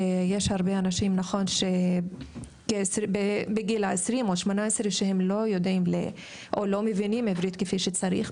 שיש הרבה אנשים בגילאי ה-20 שלא יודעים או לא מבינים עברית כפי שצריך.